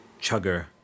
chugger